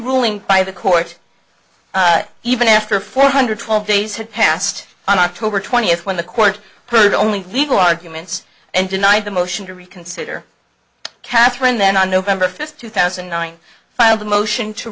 ruling by the court even after four hundred twelve days had passed on october twentieth when the court heard only legal arguments and denied the motion to reconsider katherine then on november fifth two thousand and nine filed a motion to